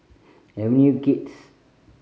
Avenue Kids